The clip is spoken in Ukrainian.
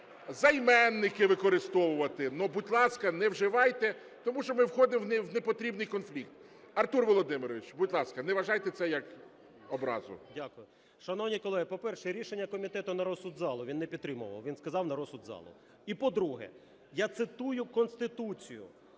займенники використовувати. Але, будь ласка, не вживайте... Тому що ми входимо в непотрібний конфлікт. Артур Володимирович, будь ласка, не вважайте це, як образу. 12:52:12 ГЕРАСИМОВ А.В. Дякую. Шановні колеги, по-перше, рішення комітету на розсуд залу, він не підтримував, він сказав на розсуд залу. І, по-друге, я цитую Конституцію:"